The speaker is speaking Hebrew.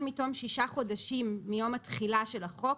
מתום שישה חודשים מיום התחילה של החוק,